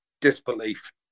disbelief